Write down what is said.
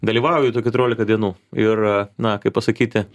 dalyvauji tu keturiolika dienų ir na kaip pasakyti